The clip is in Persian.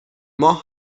ماه